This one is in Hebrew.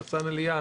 רסאן עליאן,